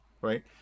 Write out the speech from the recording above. right